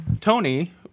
Tony